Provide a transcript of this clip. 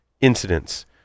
incidents